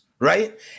Right